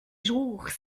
jours